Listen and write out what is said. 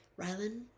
Rylan